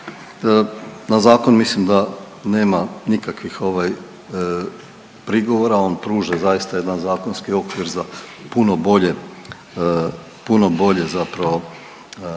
Na zakon mislim da nema nikakvih prigovora, on pruža zaista jedan zakonski okvir za puno bolje funkcioniranje